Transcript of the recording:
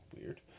weird